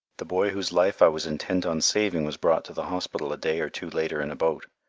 the boy whose life i was intent on saving was brought to the hospital a day or two later in a boat,